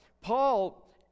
Paul